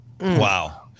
Wow